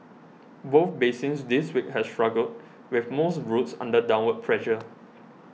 both basins this week have struggled with most routes under downward pressure